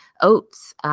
oats